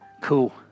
Cool